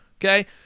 okay